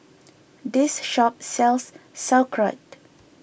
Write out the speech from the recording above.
this shop sells Sauerkraut